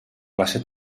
plaça